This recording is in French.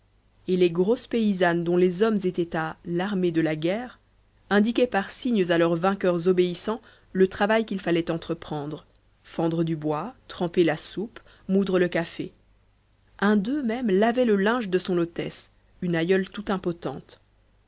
et les grosses paysannes dont les hommes étaient à l'armée de la guerre indiquaient par signes à leurs vainqueurs obéissants le travail qu'il fallait entreprendre fendre du bois tremper la soupe moudre le café un d'eux même lavait le linge de son hôtesse une aïeule tout